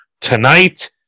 tonight